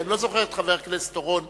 כי אני לא זוכר את חבר הכנסת אורון